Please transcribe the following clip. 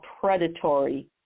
predatory